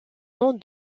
nom